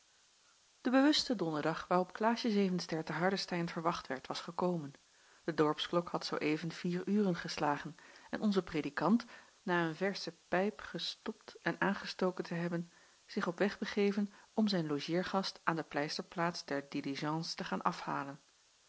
de bewuste donderdag waarop klaasje zevenster te hardestein verwacht werd was gekomen de dorpsklok had zoo even vier uren geslagen en onze predikant na een versche pijp gestopt en aangestoken te hebben zich op weg begeven om zijn logeergast aan de pleisterplaats der diligence te gaan afhalen